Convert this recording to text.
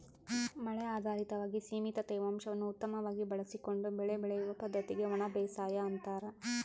ಮಳೆ ಆಧಾರಿತವಾಗಿ ಸೀಮಿತ ತೇವಾಂಶವನ್ನು ಉತ್ತಮವಾಗಿ ಬಳಸಿಕೊಂಡು ಬೆಳೆ ಬೆಳೆಯುವ ಪದ್ದತಿಗೆ ಒಣಬೇಸಾಯ ಅಂತಾರ